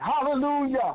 Hallelujah